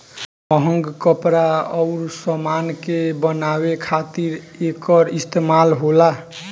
महंग कपड़ा अउर समान के बनावे खातिर एकर इस्तमाल होला